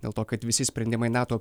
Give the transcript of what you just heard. dėl to kad visi sprendimai nato